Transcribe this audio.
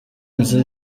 inzu